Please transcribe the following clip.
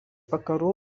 vakarų